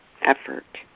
effort